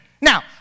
Now